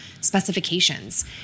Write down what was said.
specifications